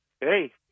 hey